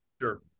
Sure